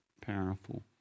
powerful